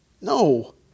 No